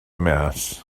mas